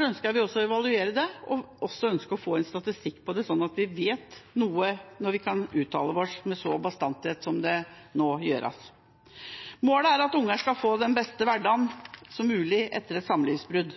ønsker vi å evaluere det, og vi ønsker å få en statistikk på det, slik at vi vet noe før vi kan uttale oss med en slik bastanthet som en nå gjør. Målet er at barn skal få en best mulig hverdag etter et samlivsbrudd,